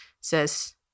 says